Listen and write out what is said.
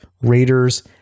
raiders